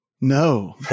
No